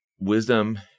Wisdom